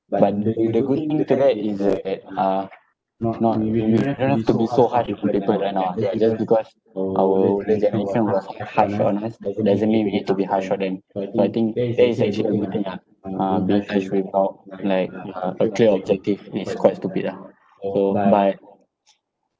but the good thing to that is that uh not we we don't have to be so harsh to people right now ah just because our older generation was harsh on us doesn't mean we need to be harsh on them so I think that is actually a good thing ah uh like uh a clear objective is quite stupid ah so but